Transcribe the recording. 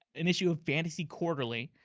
an issue of fantasy quarterly,